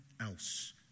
else